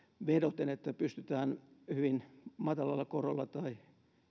vedoten kun pystytään hyvin matalalla korolla tai